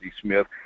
Smith